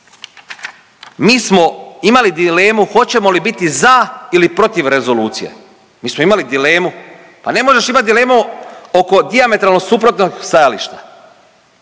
mi smo imali dilemu hoćemo li biti za ili protiv rezolucije. Mi smo imali dilemu. Pa ne možeš imati dilemu oko dijametralno suprotnog stajališta.